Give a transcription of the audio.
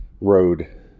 road